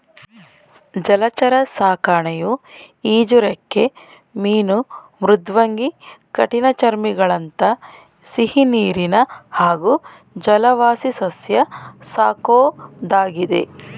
ಜಲಚರ ಸಾಕಣೆಯು ಈಜುರೆಕ್ಕೆ ಮೀನು ಮೃದ್ವಂಗಿ ಕಠಿಣಚರ್ಮಿಗಳಂಥ ಸಿಹಿನೀರಿನ ಹಾಗೂ ಜಲವಾಸಿಸಸ್ಯ ಸಾಕೋದಾಗಿದೆ